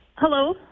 Hello